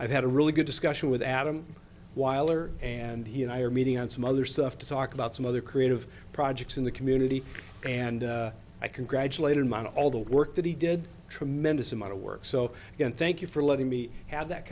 i've had a really good discussion with adam while er and he and i are meeting on some other stuff to talk about some other creative projects in the community and i congratulate him on all the work that he did a tremendous amount of work so thank you for letting me have that